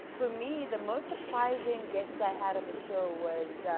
for me the most surprising guest i had on the show was